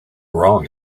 wrong